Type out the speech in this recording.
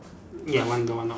ya one door one door